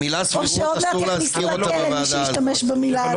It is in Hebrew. אסור להזכיר את המילה סבירות בוועדה הזאת.